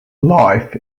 life